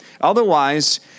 Otherwise